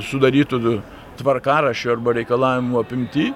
sudarytu tvarkaraščiu arba reikalavimų apimty